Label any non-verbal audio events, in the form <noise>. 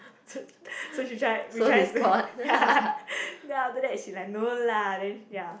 <noise> so so she try we trying to <laughs> ya then after that she like no lah then ya